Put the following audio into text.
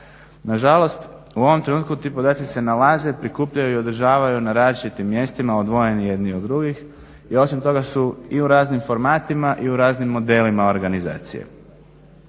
nažalost u ovom trenutku ti podaci se nalaze, prikupljaju i održavaju na različitim mjestima odvojeni jedni od drugih i osim toga su i u raznim formatima i u raznim modelima organizacije